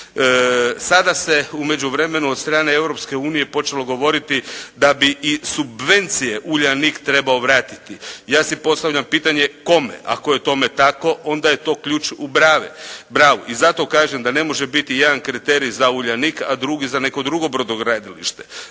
Sada se u međuvremenu od strane Europske unije počelo govoriti da bi i subvencije "Uljanik" trebao vratiti. Ja si postavljam pitanje kome? Ako je tome tako, onda je to ključ u bravi i zato kažem da ne može biti jedan kriterij za uljanik, a drugi za neko drugo brodogradilište.